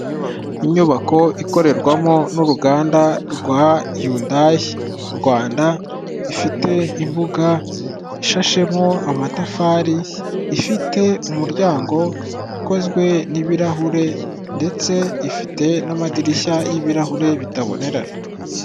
Inyubako ikorerwamo n'uruganda rwa Yundayi Rwanda, ifite imbuga ishashemo amatafari, ifite umuryango ukozwe n'ibirahure ndetse ifite n'amadirishya y'ibirahure bitabonerana.